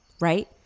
right